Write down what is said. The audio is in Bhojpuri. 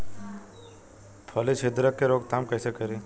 फली छिद्रक के रोकथाम कईसे करी?